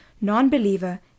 non-believer